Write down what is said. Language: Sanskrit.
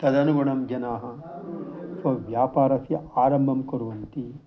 तदनुगुणं जनाः स्वव्यापारस्य आरम्बं कुर्वन्ति